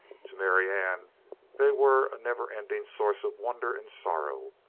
to marianne they were a never-ending source of wonder and sorrow,